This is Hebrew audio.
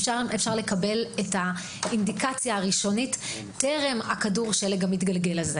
משם אפשר לקבל אינדיקציה ראשונית עוד בטרם כדור השלג הזה מתחיל להתגלגל.